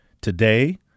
Today